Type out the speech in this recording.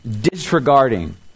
disregarding